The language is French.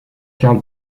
karl